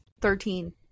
Thirteen